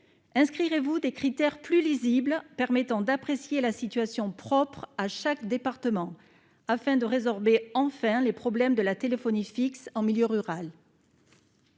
inscrire et vous des critères plus lisible permettant d'apprécier la situation propre à chaque département afin de résorber enfin les problèmes de la téléphonie fixe en milieu rural.